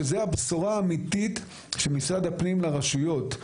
שזו הבשורה האמיתית של משרד הפנים לרשויות.